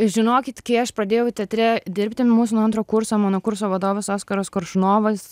žinokit kai aš pradėjau teatre dirbti mus nuo antro kurso mano kurso vadovas oskaras koršunovas